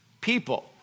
people